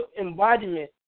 embodiment